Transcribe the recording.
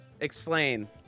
explain